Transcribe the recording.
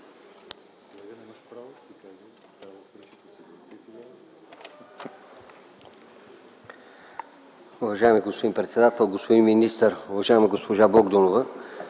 Уважаеми господин председател, господин министър! Уважаема госпожо Богданова,